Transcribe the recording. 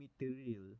material